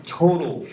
total